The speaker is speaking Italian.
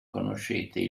conoscete